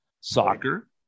Soccer